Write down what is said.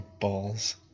balls